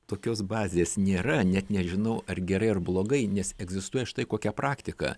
tokios bazės nėra net nežinau ar gerai ar blogai nes egzistuoja štai kokia praktika